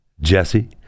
Jesse